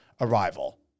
arrival